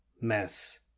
mess